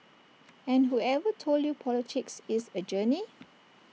and whoever told you politics is A journey